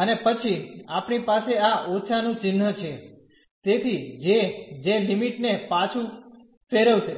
અને પછી આપણી પાસે આ ઓછા નું ચિન્હ છે તેથી જે જે લિમિટ ને પાછું ફેરવશે